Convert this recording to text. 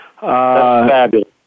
fabulous